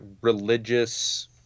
religious